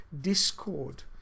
discord